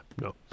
no